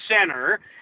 center